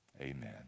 Amen